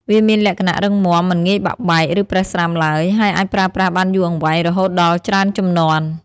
វាមានលក្ខណៈរឹងមាំ មិនងាយបាក់បែក ឬប្រេះស្រាំឡើយ ហើយអាចប្រើប្រាស់បានយូរអង្វែងរហូតដល់ច្រើនជំនាន់។